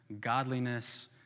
godliness